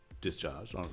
discharged